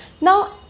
Now